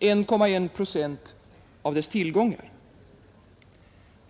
1,1 procent av dess tillgångar.